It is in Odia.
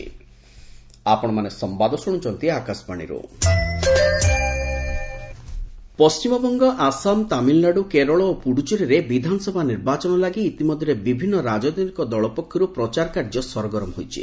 ମୋଦି କୋଲକାତା ପଣ୍ଟିମବଙ୍ଗ ଆସାମ ତାମିଲନାଡୁ କେରଳ ଓ ପୁଡ଼ୁଚେରୀରେ ବିଧାନସଭା ନିର୍ବାଚନ ଲାଗି ଇତିମଧ୍ୟରେ ବିଭିନ୍ନ ରାଜନୈତିକ ଦଳ ପକ୍ଷରୁ ପ୍ରଚାରକାର୍ଯ୍ୟ ସରଗରମ ହୋଇଛି